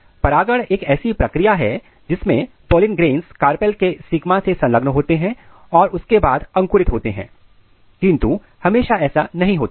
परागण एक ऐसी प्रक्रिया है जिससे पॉलिन ग्रेंस कार्पेल के स्टिग्मा से संलग्न होते हैं और उसके बाद वह अंकुरित होते हैं किंतु हमेशा ऐसा नहीं होता है